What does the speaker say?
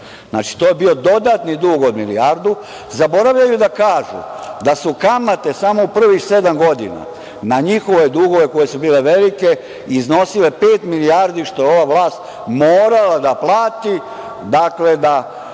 Znači, to je bio dodatni dug od milijardu. Zaboravljaju da kažu da su kamate samo u prvih sedam godina na njihove dugove, koje su bile velike, iznosile pet milijardi, što je ova vlast morala da vrati. Dakle,